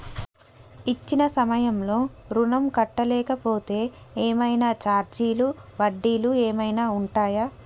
ఇచ్చిన సమయంలో ఋణం కట్టలేకపోతే ఏమైనా ఛార్జీలు వడ్డీలు ఏమైనా ఉంటయా?